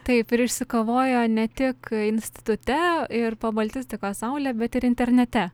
taip ir išsikovojo ne tik institute ir po baltistikos saule bet ir internete